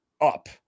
up